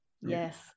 yes